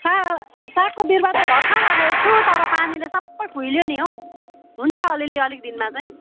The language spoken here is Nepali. सा सागको बिरुवा चाहिँ भर्खर राखेको छु तर पानीले सबै खुइल्यो नि हौ हुन्छ अलिअलि अलिक दिनमा चाहिँ